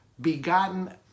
begotten